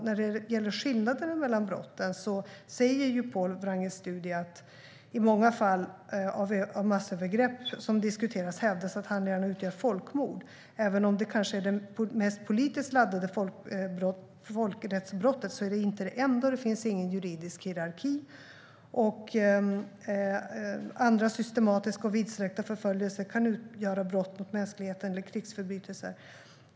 När det gäller skillnader mellan brotten säger Pål Wranges studie att det i många fall av massövergrepp som diskuteras hävdas att handlingarna utgör folkmord. Även om det kanske är det mest politiskt laddade folkrättsbrottet är det inte det enda och det finns ingen juridisk hierarki. Andra systematiska och vidsträckta förföljelser kan utgöra brott mot mänskligheten eller krigsförbrytelser.